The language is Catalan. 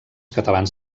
catalans